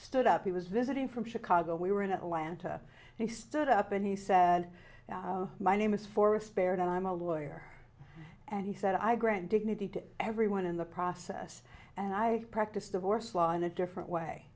stood up he was visiting from chicago we were in atlanta and he stood up and he said my name is forest spared and i'm a lawyer and he said i grant dignity to everyone in the process and i practiced divorce law in a different way